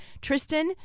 Tristan